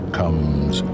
comes